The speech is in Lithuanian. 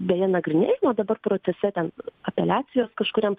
beje nagrinėjama dabar procese ten apeliacijos kažkuriam